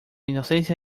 inocencia